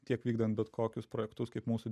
tiek vykdant bet kokius projektus kaip mūsų